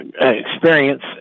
experience